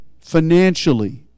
financially